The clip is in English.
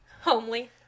Homely